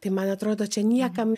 tai man atrodo čia niekam